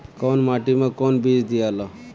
कौन माटी मे कौन बीज दियाला?